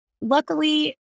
Luckily